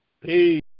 Peace